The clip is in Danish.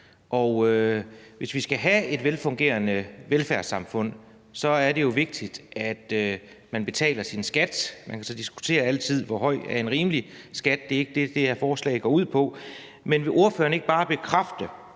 Hvis vi skal have et velfungerende velfærdssamfund, er det jo vigtigt, at man betaler sin skat. Vi kan så altid diskutere, hvor høj en rimelig skat skal være; det er ikke det, det her lovforslag går ud på. Men vil ordføreren ikke bare bekræfte,